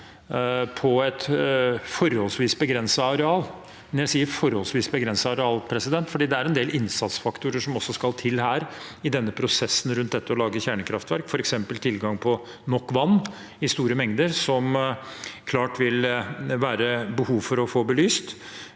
sier «forholdsvis begrenset» areal, for det er en del innsatsfaktorer som også skal til i prosessen rundt det å lage kjernekraftverk, f.eks. tilgang på nok vann i store mengder, som det klart vil være behov for å få belyst.